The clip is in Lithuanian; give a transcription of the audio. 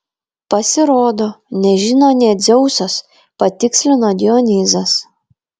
pasirodo nežino nė dzeusas patikslino dionizas